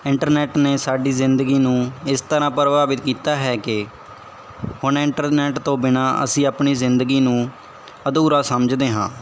internet ਨੇ ਸਾਡੀ ਜ਼ਿੰਦਗੀ ਨੂੰ ਇਸ ਤਰ੍ਹਾਂ ਪ੍ਰਭਾਵਿਤ ਕੀਤਾ ਹੈ ਕਿ ਹੁਣ ਇੰਟਰਨੈਟ ਤੋਂ ਬਿਨਾਂ ਅਸੀਂ ਆਪਣੀ ਜ਼ਿੰਦਗੀ ਨੂੰ ਅਧੂਰਾ ਸਮਝਦੇ ਹਾਂ